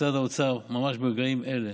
משרד האוצר, ממש ברגעים אלה,